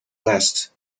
last